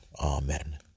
Amen